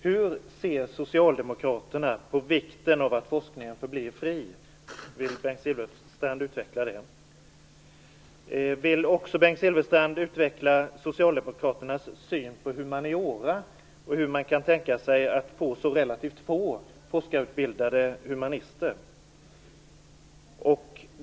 Hur ser Socialdemokraterna på vikten av att forskningen förblir fri? Vill Bengt Silfverstrand utveckla det? Vill Bengt Silfverstrand också utveckla Socialdemokraternas syn på humaniora och hur man kan tänka sig att få så relativt få forskarutbildade humanister?